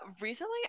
Recently